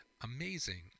Amazing